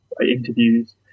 interviews